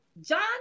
John